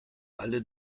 alle